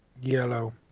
Yellow